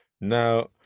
Now